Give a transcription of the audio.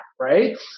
right